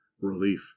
relief